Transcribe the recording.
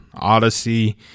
odyssey